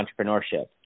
entrepreneurship